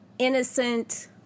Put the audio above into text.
innocent